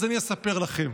אז אני אספר לכם.